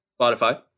Spotify